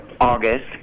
August